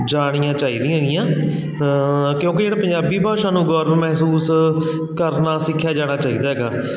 ਜਾਣੀਆਂ ਚਾਹੀਦੀਆਂ ਹੈਗੀਆਂ ਕਿਉਂਕਿ ਜਿਹੜਾ ਪੰਜਾਬੀ ਭਾਸ਼ਾ ਨੂੰ ਗਰਵ ਮਹਿਸੂਸ ਕਰਨਾ ਸਿੱਖਿਆ ਜਾਣਾ ਚਾਹੀਦਾ ਹੈਗਾ